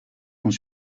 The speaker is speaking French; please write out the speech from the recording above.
sont